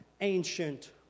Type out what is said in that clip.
ancient